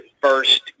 first